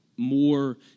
more